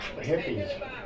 hippies